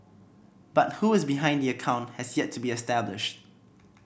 but who is behind the account has yet to be established